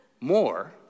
more